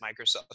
Microsoft